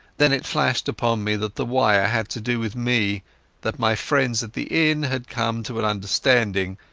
then it flashed upon me that the wire had to do with me that my friends at the inn had come to an understanding,